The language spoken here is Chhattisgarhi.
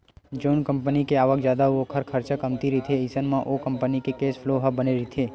जउन कंपनी के आवक जादा अउ ओखर खरचा कमती रहिथे अइसन म ओ कंपनी के केस फ्लो ह बने रहिथे